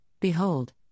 Behold